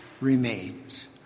remains